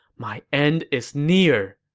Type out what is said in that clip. my end is near!